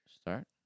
start